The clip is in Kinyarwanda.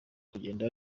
kugenda